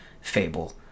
Fable